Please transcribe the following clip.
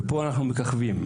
פה אנחנו מככבים,